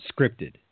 scripted